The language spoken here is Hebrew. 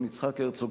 יצחק הרצוג,